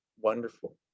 wonderful